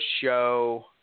show